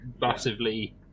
massively